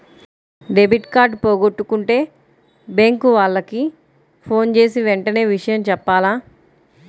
debit card పోగొట్టుకుంటే bank వాళ్లకి ఫోన్జేసి వెంటనే విషయం జెప్పాల